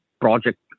project